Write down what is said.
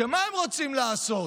שמה הם רוצים לעשות?